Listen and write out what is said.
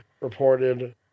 reported